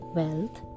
wealth